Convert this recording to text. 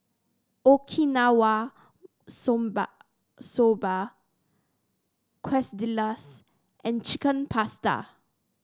Okinawa Soba Quesadillas and Chicken Pasta